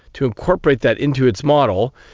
to incorporate that into its model,